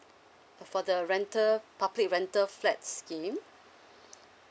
for the rental public rental flat scheme